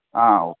ആ ഓ